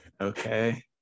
Okay